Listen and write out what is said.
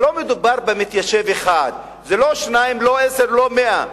לא מדובר במתיישב אחד, לא שניים, לא עשרה ולא מאה.